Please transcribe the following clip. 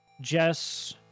Jess